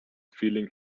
feeling